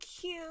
cute